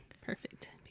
Perfect